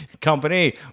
company